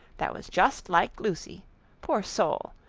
that was just like lucy poor soul!